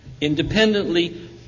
independently